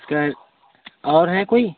इसका और है कोई